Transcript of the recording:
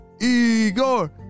Igor